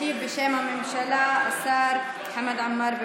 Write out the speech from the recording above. משיב בשם הממשלה השר חמד עמאר.